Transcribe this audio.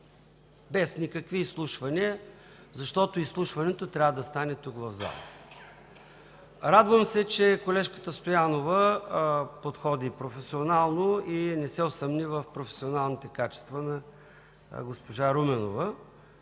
без никакви изслушвания, защото изслушването трябва да стане тук, в залата. Радвам се, че колежката Стоянова подходи професионално и не се усъмни в професионалните качества на госпожа Руменова.